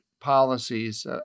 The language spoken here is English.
policies